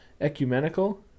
ecumenical